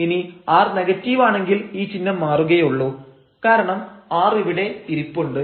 ഇനി r negative ആണെങ്കിൽ ഈ ചിഹ്നം മാറുകയുള്ളൂ കാരണം r ഇവിടെ ഇരിപ്പുണ്ട്